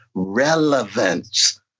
Relevance